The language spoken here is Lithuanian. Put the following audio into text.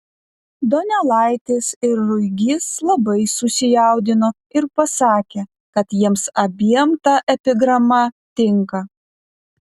donelaitis ir ruigys labai susijaudino ir pasakė kad jiems abiem ta epigrama tinka